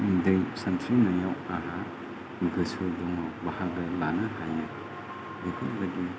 दै सानस्रिनायाव आंहा गोसो दङ बाहागो लानो हायो बेफोरबायदि